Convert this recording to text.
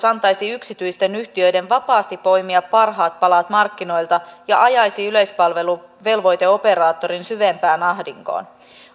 antaisi yksityisten yhtiöiden vapaasti poimia parhaat palat markkinoilta ja ajaisi yleispalveluvelvoiteoperaattorin syvempään ahdinkoon